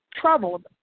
troubled